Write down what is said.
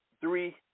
three